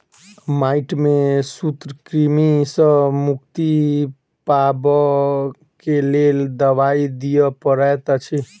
माइट में सूत्रकृमि सॅ मुक्ति पाबअ के लेल दवाई दियअ पड़ैत अछि